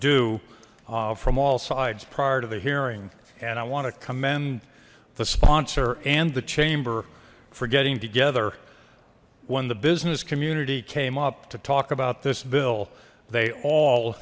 do from all sides prior to the hearing and i want to commend the sponsor and the chamber for getting together when the business community came up to talk about this bill they all